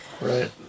Right